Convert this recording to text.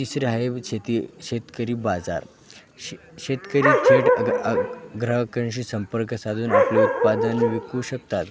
तिसरं आहे शेती शेतकरी बाजार श शेतकरी थेट ग्राहकांशी संपर्क साधून आपले उत्पादन विकू शकतात